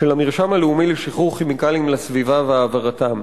המרשם הלאומי לשחרור כימיקלים לסביבה והעברתם.